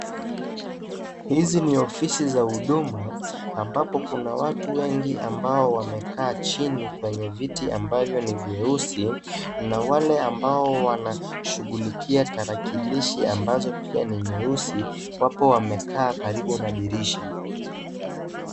Hizi ni ofisi za huduma ambapo kuna watu wengi ambao wamekaa chini kwenye viti ambavyo ni vieusi na wale ambao wanashughulikia tarakilishi ambazo pia ni nyeusi wapo wamekaa karibu na dirisha.